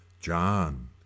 John